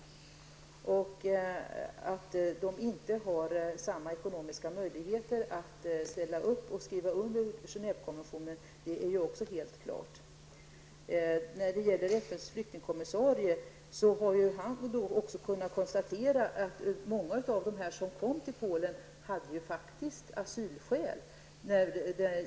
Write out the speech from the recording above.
Det är också helt klart att man i Polen inte har samma möjligheter att ställa upp och skriva under FNs flyktingkommissarie har också kunnat konstatera att många av de människor som kom till Polen faktiskt hade asylskäl.